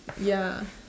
ya